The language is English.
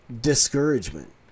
discouragement